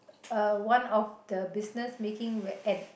uh one of the business making web add